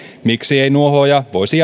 miksi ei nuohooja voisi